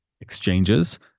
exchanges